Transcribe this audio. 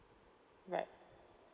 right